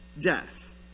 death